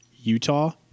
Utah